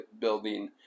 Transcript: building